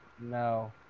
No